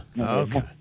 Okay